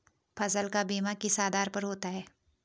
फसल का बीमा किस आधार पर होता है?